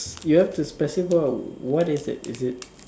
you have specify what is it is it